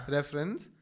Reference